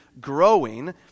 growing